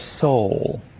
soul